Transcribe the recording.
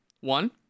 One